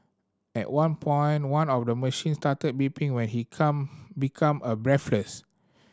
at one point one of the machine started beeping when he come became a breathless